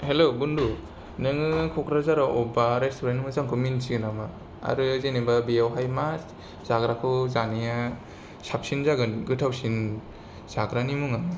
हेल' बुन्दु नोंङो क'क्राझाराव अबेबा मोजां रेस्टुरेन्ट मोजांखौ मिन्थियो नामा आरो जेनोबा बेयावहाय मा जाग्राखौ जानाया साबसिन जागोन गोथावसिन जाग्रानि मुंआ